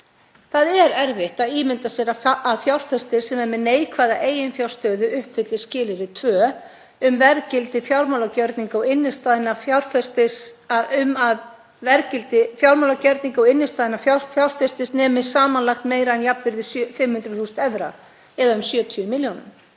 Það er erfitt að ímynda sér að fjárfestir sem er með neikvæða eiginfjárstöðu uppfylli skilyrði 2, um að verðgildi fjármálagerninga og innstæðna fjárfestis nemi samanlagt meira en jafnvirði 500.000 evra, eða um 70